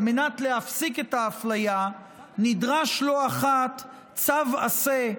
על מנת להפסיק את האפליה נדרש לא אחת צו עשה,